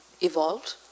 evolved